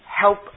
help